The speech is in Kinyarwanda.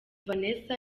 vanessa